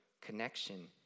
connection